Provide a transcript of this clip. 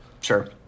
sure